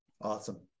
Awesome